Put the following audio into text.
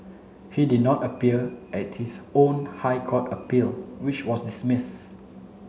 he did not appear at his own High Court appeal which was dismiss